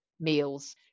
meals